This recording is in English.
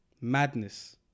Madness